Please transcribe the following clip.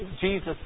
Jesus